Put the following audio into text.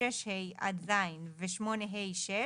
(6)(ה) עד (ז) ו-8ה(6)